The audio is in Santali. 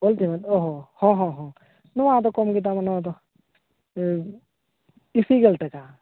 ᱚᱞ ᱪᱮᱢᱮᱫ ᱚᱦᱚᱸ ᱦᱚᱸ ᱦᱚᱸ ᱱᱚᱣᱟ ᱫᱚ ᱠᱚᱢ ᱜᱮ ᱫᱟᱢᱟ ᱱᱚᱣᱟ ᱫᱚ ᱤᱥᱤ ᱜᱮᱞ ᱴᱟᱠᱟ